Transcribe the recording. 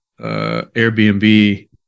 Airbnb